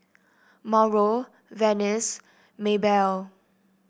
Mauro Venice Maebell